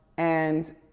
and